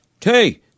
Hey